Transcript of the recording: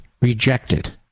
rejected